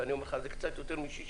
ואני אומר לך שזה קצת יותר מ-60,